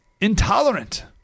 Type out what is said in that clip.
intolerant